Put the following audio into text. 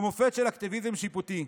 הוא מופת של אקטיביזם שיפוטי.